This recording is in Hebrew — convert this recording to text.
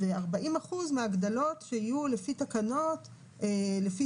ו-40% מההגדלות שיהיו לפי תקנות לפי